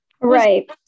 right